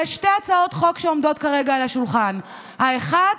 יש שתי הצעות חוק שעומדות כרגע על השולחן: האחת,